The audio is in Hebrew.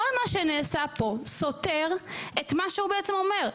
כל מה שנעשה פה, סותר את מה שהוא בעצם אומר.